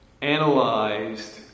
analyzed